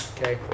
Okay